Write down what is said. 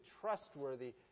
trustworthy